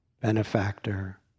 benefactor